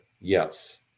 Yes